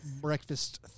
breakfast